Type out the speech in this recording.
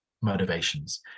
motivations